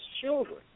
children